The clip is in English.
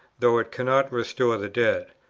though it cannot restore the dead.